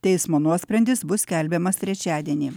teismo nuosprendis bus skelbiamas trečiadienį